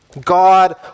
God